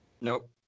Nope